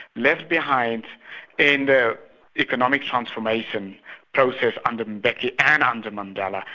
left behind in the economic transformation process under mbeke and under mandela,